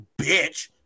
bitch